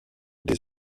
des